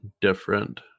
different